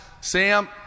Sam